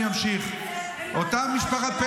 אני ממשיך, ממשיך.